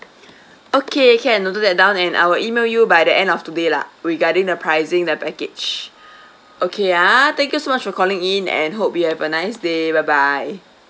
okay can noted that down and I will E-mail you by the end of today lah regarding the pricing and package okay uh thank you so much for calling in and hope you have a nice day bye bye